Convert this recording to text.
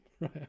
right